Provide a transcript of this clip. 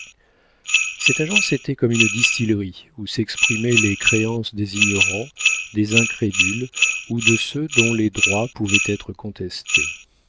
cette agence était comme une distillerie où s'exprimaient les créances des ignorants des incrédules ou de ceux dont les droits pouvaient être contestés